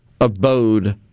abode